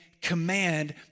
command